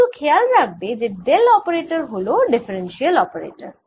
শুধু খেয়াল রাখবে এই ডেল অপারেটর হল ডিফারেন্সিয়াল অপারেটর